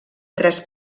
tres